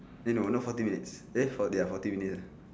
eh no not forty minutes eh fo~ ya forty minutes ah